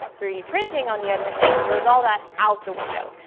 three d printing, on the other hand, throws all that out the window,